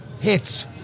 hits